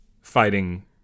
fighting